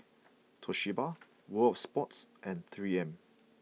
Toshiba World Of Sports and three M